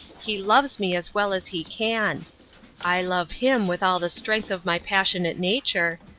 he loves me as well as he can i love him with all the strength of my passionate nature,